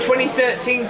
2013